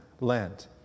land